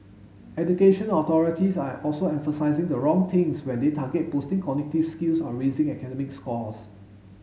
education authorities are also emphasising the wrong things when they target boosting cognitive skills or raising academic scores